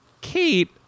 Kate